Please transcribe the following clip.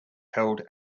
held